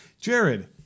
Jared